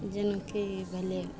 जिनकी भेलै